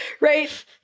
right